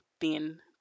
thin